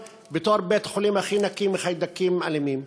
בתור בית-החולים הכי נקי מחיידקים אלימים.